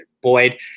Boyd